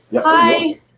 hi